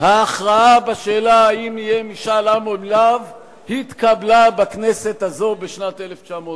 ההכרעה בשאלה אם יהיה משאל עם או לאו התקבלה בכנסת הזאת בשנת 1999,